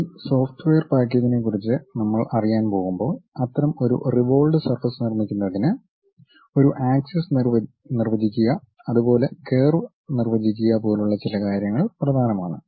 ഈ സോഫ്റ്റ്വെയർ പാക്കേജിനെക്കുറിച്ച് നമ്മൾ അറിയാൻ പോകുമ്പോൾ അത്തരം ഒരു റിവോൾഡ് സർഫസ് നിർമ്മിക്കുന്നതിന് ഒരു ആക്സിസ് നിർവചിക്കുക അതുപോലെ കർവ് നിർവചിക്കുക പോലുള്ള ചില കാര്യങ്ങൾ പ്രധാനമാണ്